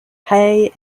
hay